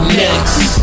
next